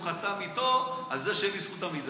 הוא חתם איתו על זה שאין לי זכות עמידה.